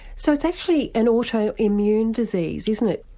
so it's actually an auto-immune disease isn't it?